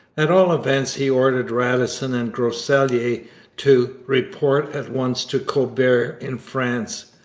at all events he ordered radisson and groseilliers to report at once to colbert in france.